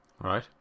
Right